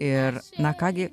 ir na ką gi